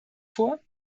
vor